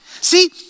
See